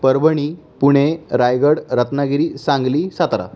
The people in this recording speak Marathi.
परभणी पुणे रायगड रत्नागिरी सांगली सातारा